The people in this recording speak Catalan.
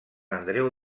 andreu